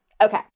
Okay